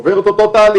עובר אותו תהליך,